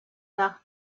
dach